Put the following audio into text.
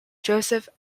joseph